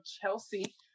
Chelsea